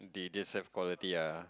they just have quality ah